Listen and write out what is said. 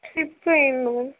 trip வேணும்